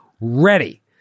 ready